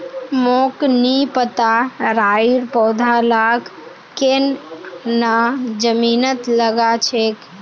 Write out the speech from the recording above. मोक नी पता राइर पौधा लाक केन न जमीनत लगा छेक